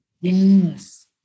Yes